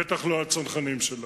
בטח לא על צנחנים שלנו.